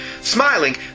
Smiling